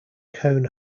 cone